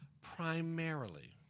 primarily